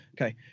Okay